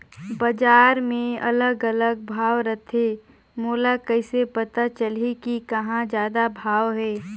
बजार मे अलग अलग भाव रथे, मोला कइसे पता चलही कि कहां जादा भाव हे?